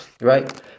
right